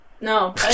No